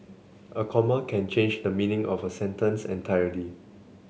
a comma can change the meaning of a sentence entirely